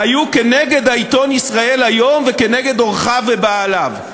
היו כנגד העיתון "ישראל היום" וכנגד עורכיו ובעליו.